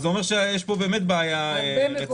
זה אומר שיש פה באמת בעיה רצינית.